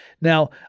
Now